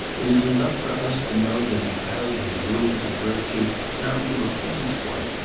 it is enough for us to know that he carried his rules of virtue down to a pin's point,